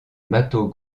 mato